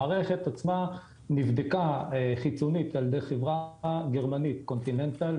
המערכת עצמה נבדקה חיצונית על ידי החברה גרמנית continental,